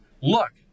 look